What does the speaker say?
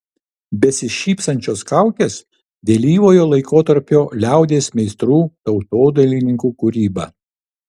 besišypsančios kaukės vėlyvojo laikotarpio liaudies meistrų tautodailininkų kūryba